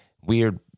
weird